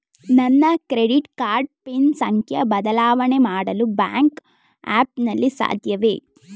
ನನ್ನ credit card PIN ಸಂಖ್ಯೆ ಬದಲಾವಣೆ ಮಾಡಲು ಬ್ಯಾಂಕ್ ಆ್ಯಪ್ ನಲ್ಲಿ ಸಾಧ್ಯವೇ?